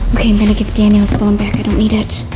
i'm going to give daniel his phone back, i don't need it.